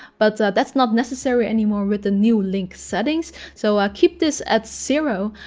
but that's not necessary anymore with the new link settings. so ah keep this at zero,